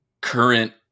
current